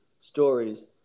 stories